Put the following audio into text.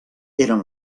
eren